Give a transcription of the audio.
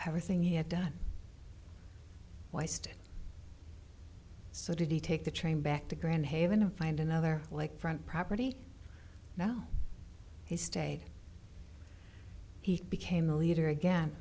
everything he had done twice to so did he take the train back to grand haven and find another like front property now he stayed he became a leader again